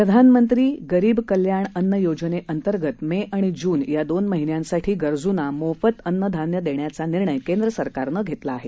प्रधानमंत्री गरीब कल्याण अन्न योजनेंतर्गत मे आणि जून या दोन महिन्यांसाठी गरजूंना मोफत धान्य देण्याचा निर्णय केंद्र सरकारनं घेतला आहे